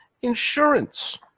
insurance